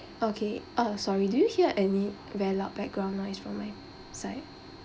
okay uh sorry do hear any very loud background noise from my side